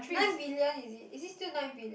nine billion is it is it still nine billion